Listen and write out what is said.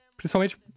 Principalmente